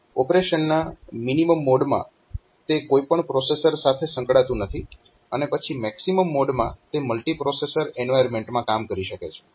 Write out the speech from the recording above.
ઓપરેશનના મિનીમમ મોડમાં તે કોઈ પણ પ્રોસેસર સાથે સંકળાતું નથી અને પછી મેક્સીમમ મોડમાં તે મલ્ટીપ્રોસેસર એન્વાયરમેન્ટમાં કામ કરી શકે છે